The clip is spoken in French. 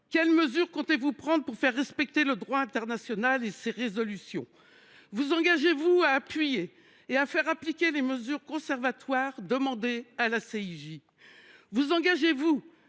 Quelles mesures comptez vous prendre pour faire respecter le droit international et ses résolutions ? Vous engagez vous à appuyer et à faire appliquer les mesures conservatoires demandées à la CIJ ? Vous engagez vous